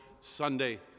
Sunday